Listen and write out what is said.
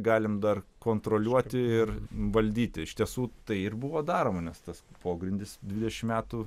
galim dar kontroliuoti ir valdyti iš tiesų tai ir buvo daroma nes tas pogrindis dvidešimt metų